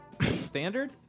Standard